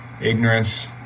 ignorance